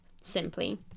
simply